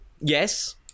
Yes